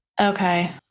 okay